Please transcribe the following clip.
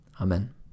Amen